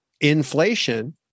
inflation